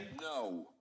no